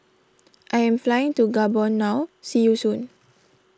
I am flying to Gabon now see you soon